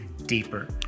deeper